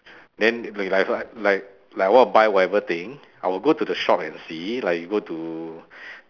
then like like like I want to buy whatever thing I will go the shop and see like you go to